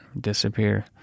disappear